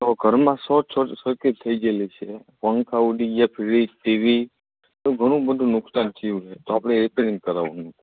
તો ઘરમાં short circuit થઇ ગયેલી છે પંખા ઉડી ગયા ફ્રીજ ટીવી બીજું ઘણું બધું નુકસાન થયું છે તો આપણે રીપેરીંગ કરાવવાનું છે